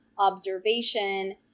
observation